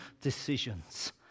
decisions